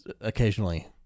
occasionally